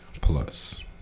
plus